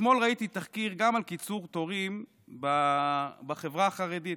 ואתמול ראיתי תחקיר גם על קיצור תורים בחברה החרדית,